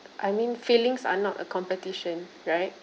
I mean feelings are not a competition right